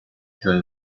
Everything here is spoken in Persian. جای